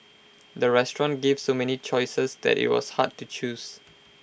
the restaurant gave so many choices that IT was hard to choose